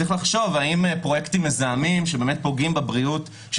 צריך לחשוב האם פרויקטים מזהמים שבאמת פוגעים בבריאות של